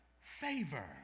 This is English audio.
favor